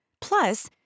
Plus